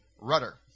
rudder